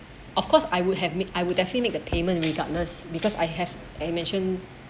of course I would have made I would actually make the payment regardless because I have a mention